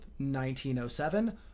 1907